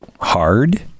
Hard